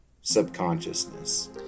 subconsciousness